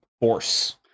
force